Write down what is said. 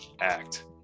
act